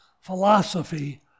philosophy